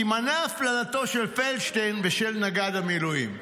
תימנע הפללתם של פלדשטיין ושל נגד המילואים.